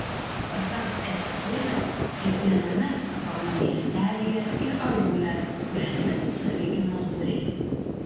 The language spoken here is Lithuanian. pasak s kėrio kiekviename kalnų miestelyje ir aūle kuriami savigynos būriai